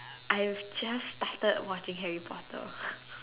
I have just started watching Harry Potter